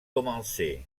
commencé